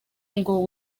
ngo